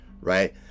right